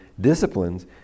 Disciplines